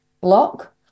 block